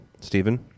Stephen